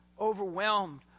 Overwhelmed